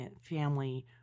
family